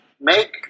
make